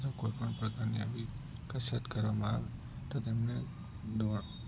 જો કોઈપણ પ્રકારની આવી કસરત કરવામાં આવે તો તેમને દોડ